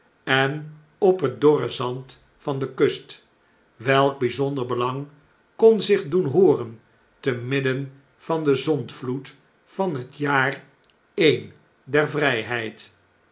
en op het dorre zand van de kust welk bponder belang kon zich doen hoorente midden van den zondvloed van het jaar een der vrijheid